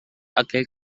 aquell